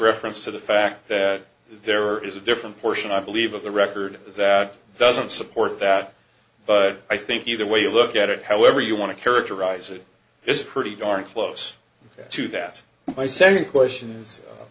reference to the fact that there is a different portion i believe of the record that doesn't support that but i think either way you look at it however you want to characterize it is pretty darn close to that my second question